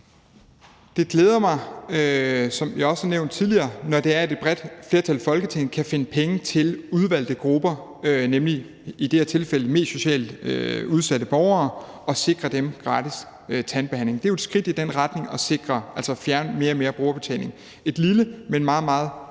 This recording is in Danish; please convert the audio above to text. tidligere, når det er, at et bredt flertal i Folketinget kan finde penge til udvalgte grupper, i det her tilfælde de mest socialt udsatte borgere, og sikre dem gratis tandbehandling. Det er jo et skridt i den retning at fjerne mere og mere brugerbetaling. Det er et lille, men meget, meget